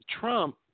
Trump